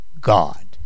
God